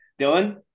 Dylan